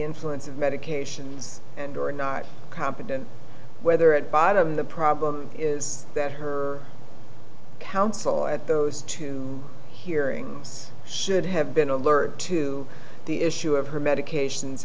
influence of medications or not competent whether at bottom the problem is that her counsel at those two hearings should have been alert to the issue of her medications